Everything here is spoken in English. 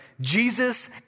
Jesus